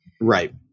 Right